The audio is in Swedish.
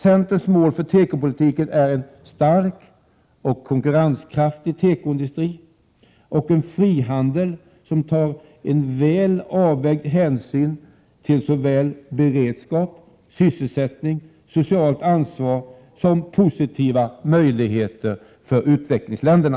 Centerns mål för tekopolitiken är en stark och konkurrenskraftig tekoindustri samt en frihandel inom vars ramar man tar en väl avvägd hänsyn till beredskap, sysselsättning, socialt ansvar och positiva möjligheter för utvecklingsländerna.